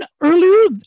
earlier